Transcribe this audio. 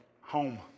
home